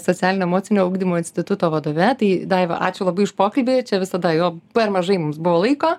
socialinio emocinio ugdymo instituto vadove tai daiva ačiū labai už pokalbį čia visada jo per mažai mums buvo laiko